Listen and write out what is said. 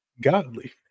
godly